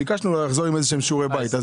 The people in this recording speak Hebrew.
ביקשנו לחזור עם איזשהם שיעורי בית.